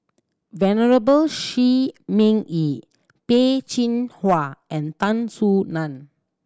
Venerable Shi Ming Yi Peh Chin Hua and Tan Soo Nan